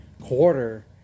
quarter